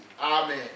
Amen